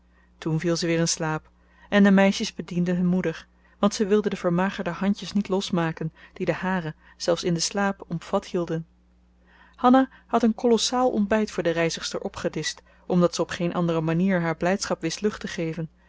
toen viel ze weer in slaap en de meisjes bedienden hun moeder want ze wilde de vermagerde handjes niet losmaken die de hare zelfs in den slaap omvat hielden hanna had een kolossaal ontbijt voor de reizigster opgedischt omdat ze op geen andere manier haar blijdschap wist lucht te geven